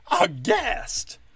Aghast